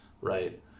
right